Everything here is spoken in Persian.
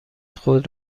خود